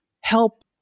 help